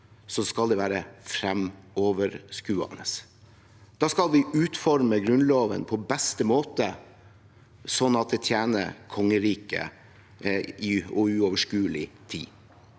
skal det være fremoverskuende. Da skal vi utforme Grunnloven slik at den på best måte tjener kongeriket i uoverskuelig tid.